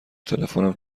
تلفنم